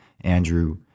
Andrew